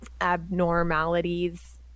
abnormalities